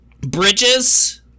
bridges